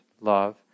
love